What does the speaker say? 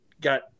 got